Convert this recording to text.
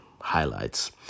Highlights